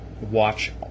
Watch